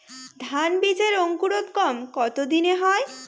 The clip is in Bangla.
ধান বীজের অঙ্কুরোদগম কত দিনে হয়?